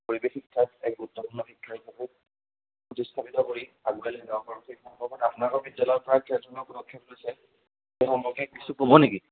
পৰিৱেশ শিক্ষা এক গুৰুত্বপূৰ্ণ শিক্ষা হিচাপে প্ৰতিষ্ঠাপিত কৰি আগুৱাই লৈ যাব পাৰোঁ সেই সম্পৰ্কত আপোনালোকৰ বিদ্যালয়ৰ পৰা কেনেধৰণৰ পদক্ষেপ লৈছে সেই সম্পৰ্কে কিছু ক'ব নেকি